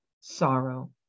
sorrow